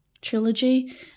trilogy